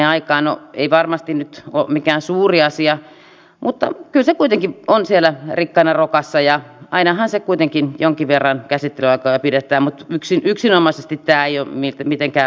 no ei varmasti nyt ole mikään suuri asia mutta kyllä se kuitenkin on siellä rikkana rokassa ja ainahan se kuitenkin jonkin verran käsittelyaikoja pidentää mutta yksinomaisesti tämä ei ole mitenkään ratkaisevaa